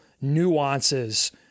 nuances